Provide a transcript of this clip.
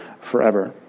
forever